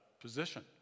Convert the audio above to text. position